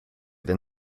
than